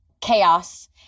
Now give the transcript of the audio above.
chaos